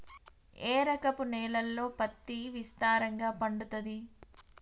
ఏ రకపు నేలల్లో పత్తి విస్తారంగా పండుతది?